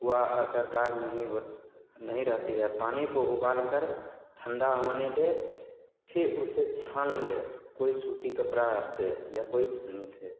वह असरदार नहीं हो नहीं रहती है पानी को उबालकर ठंडा होने दें फिर उसे छान लें कोई सूती कपड़ा से या कोई छन्नी से